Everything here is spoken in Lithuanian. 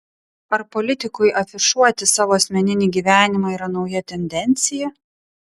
ar politikui afišuoti savo asmeninį gyvenimą yra nauja tendencija